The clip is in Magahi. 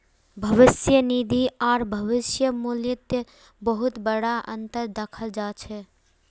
भविष्य निधि आर भविष्य मूल्यत बहुत बडा अनतर दखाल जा छ